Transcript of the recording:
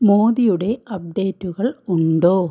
മോദിയുടെ അപ്പ്ഡേറ്റുകൾ ഉണ്ടോ